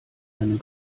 einem